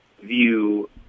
view